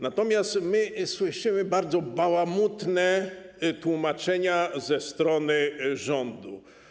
Natomiast my słyszymy bardzo bałamutne tłumaczenia ze strony rządu.